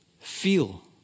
Feel